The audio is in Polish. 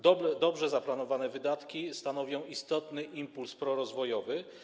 Dobrze zaplanowane wydatki stanowią istotny impuls prorozwojowy.